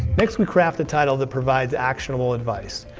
next, we craft a title that provides actionable advice.